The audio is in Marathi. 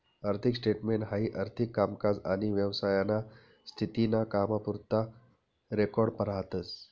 आर्थिक स्टेटमेंट हाई आर्थिक कामकाज आनी व्यवसायाना स्थिती ना कामपुरता रेकॉर्ड राहतस